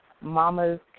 mama's